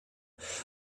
though